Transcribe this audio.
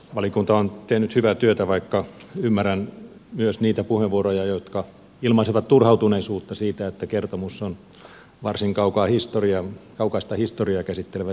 valiokunta on tehnyt hyvää työtä vaikka ymmärrän myös niitä puheenvuoroja jotka ilmaisivat turhautuneisuutta siitä että kertomus on varsin kaukaista historiaa käsittelevä kertomus